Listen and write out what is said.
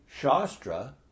Shastra